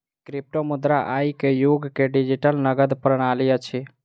क्रिप्टोमुद्रा आई के युग के डिजिटल नकद प्रणाली अछि